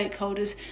stakeholders